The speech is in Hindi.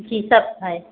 जी सब है